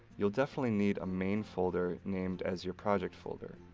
you'll definitely need a main folder named as your project folder.